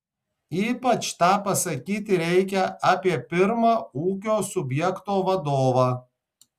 ypač tą pasakyti reikia apie pirmą ūkio subjekto vadovą